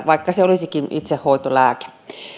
vaikka se olisikin itsehoitolääke